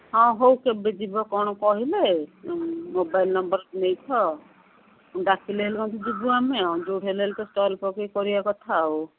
ହଁ ହଉ କେବେ ଯିବ କ'ଣ କହିଲେ ମୋବାଇଲ୍ ନମ୍ବର୍ ନେଇଥାଅ ଡାକିଲେ ହେଲେ କନ୍ତୁ ଯିବୁ ଆମେ ଯେଉଁଠି ହେଲେ ତ ଷ୍ଟଲ୍ ପକାଇ କରିବା କଥା ଆଉ